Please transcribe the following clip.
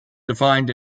defined